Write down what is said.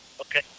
Okay